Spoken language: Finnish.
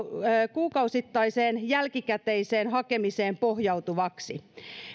kuukausittaiseen jälkikäteiseen hakemiseen pohjautuvaksi